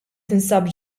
tinsab